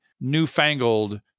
newfangled